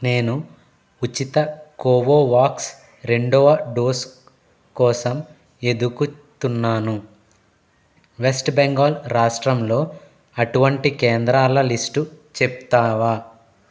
నేను ఉచిత కోవోవాక్స్ రెండవ డోస్ కోసం ఎదుకు తున్నాను వెస్ట్ బెంగాల్ రాష్ట్రంలో అటువంటి కేంద్రాల లిస్టు చెప్తావా